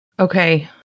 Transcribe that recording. Okay